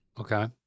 Okay